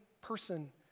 person